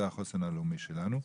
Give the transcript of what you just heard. זה החוסן הלאומי שלנו.